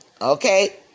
Okay